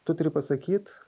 tu turi pasakyt